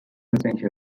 essential